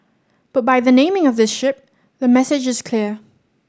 but by the naming of this ship the message is clear